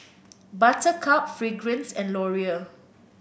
Buttercup Fragrance and Laurier